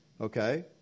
Okay